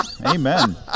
Amen